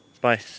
Bye